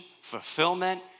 fulfillment